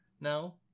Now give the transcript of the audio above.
No